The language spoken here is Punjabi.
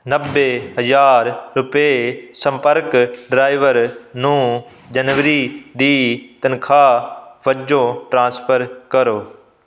ਨੱਬੇ ਹਜ਼ਾਰ ਰੁਪਏ ਸੰਪਰਕ ਡਰਾਈਵਰ ਨੂੰ ਜਨਵਰੀ ਦੀ ਤਨਖਾਹ ਵਜੋਂ ਟ੍ਰਾਂਸਫਰ ਕਰੋ